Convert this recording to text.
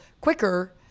quicker